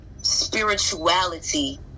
spirituality